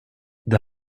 det